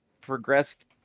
progressed